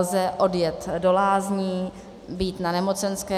Lze odjet do lázní, být na nemocenské.